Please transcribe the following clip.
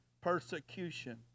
persecution